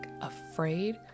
afraid